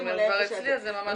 אם הם כבר אצלי אז זה ממש בלגן.